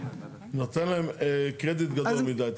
נותן להם קרדיט גדול מידי.